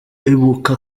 ibuka